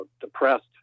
depressed